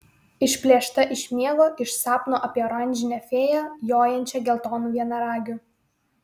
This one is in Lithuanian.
išplėšta iš miego iš sapno apie oranžinę fėją jojančią geltonu vienaragiu